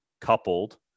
coupled